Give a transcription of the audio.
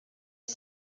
est